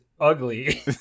ugly